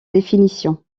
définition